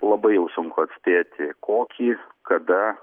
labai jau sunku atspėti kokį kada